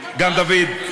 גם דוד,